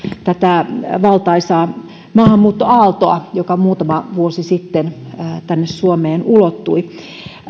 tätä valtaisaa maahanmuuttoaaltoa joka muutama vuosi sitten tänne suomeen ulottui